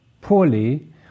poorly